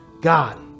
God